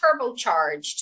turbocharged